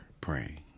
praying